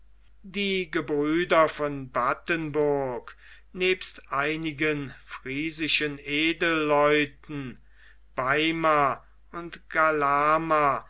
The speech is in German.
die gebrüder von battenburg nebst einigen friesischen edelleuten beima und galama